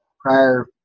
prior